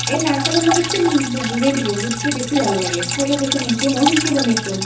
অঁ এই নাৰিকলৰ লগত চেনি নেদ্ব গুৰেই দিব গুৰটো বেছি ভাল লাগে